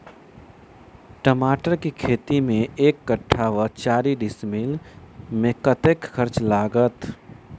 टमाटर केँ खेती मे एक कट्ठा वा चारि डीसमील मे कतेक खर्च लागत?